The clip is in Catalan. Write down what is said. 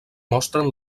mostren